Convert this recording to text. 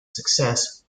success